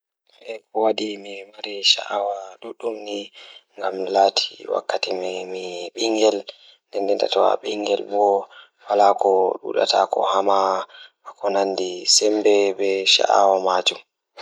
Ko waɗi mi waɗi sha'awa So tawii miɗo waɗa njamaaji ngal, mi waɗataa njiddaade e hoore ngoni rewɗe rewɓe ngal njiddaade. Moƴƴaare ngal rewɓe ngal njiddaade ko ɗum rewde ɗum ngoni njam njidaade e ɓernde ngal rewɓe e njamaaji.